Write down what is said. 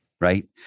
right